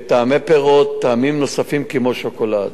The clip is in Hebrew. בטעמי פירות ובטעמים נוספים כמו שוקולד.